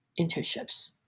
internships